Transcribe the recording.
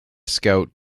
scout